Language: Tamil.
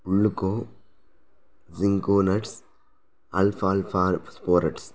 உள்ளுக்கோ ஸிங்கோணட்ஸ் அல்ஃபா அல்ஃபா அல்ஃப்கோரட்ஸ்